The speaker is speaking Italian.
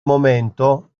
momento